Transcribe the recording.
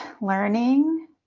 learning